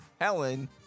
Helen